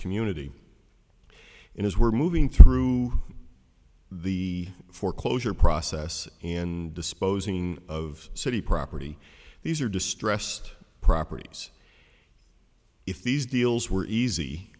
community and as we're moving through the foreclosure process and disposing of city property these are distressed properties if these deals were easy